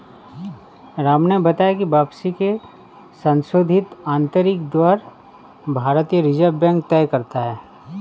राम ने बताया की वापसी की संशोधित आंतरिक दर भारतीय रिजर्व बैंक तय करता है